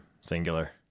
singular